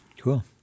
Cool